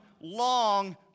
long